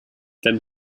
then